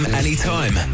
anytime